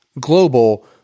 global